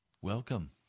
Welcome